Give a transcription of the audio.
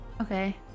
okay